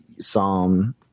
Psalm